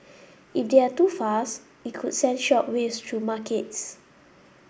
if they're too fast it could send shock waves through markets